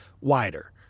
wider